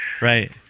right